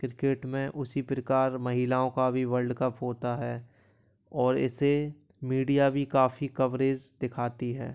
cricket में उसी प्रकार महिलाओं का भी वर्ल्ड कप होता है और इसे मीडिया भी काफ़ी कभरेज दिखाती है